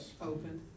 Open